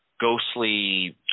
ghostly